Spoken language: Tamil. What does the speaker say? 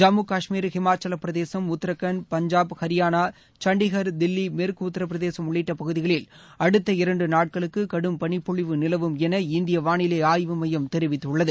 ஜம்மு காஷ்மீர் ஹிமாசல பிரதேசம் உத்தரகாண்ட் பஞ்சாப் ஹரியானா சண்டிகர் தில்லி மேற்கு உத்தர பிரதேசம் உள்ளிட்ட பகுதிகளில் அடுத்த இரண்டு நாட்களுக்கு கடும் பளிப் பொழிவு நிலவும் என இந்திய வானிலை ஆய்வு மையம் தெரிவித்துள்ளது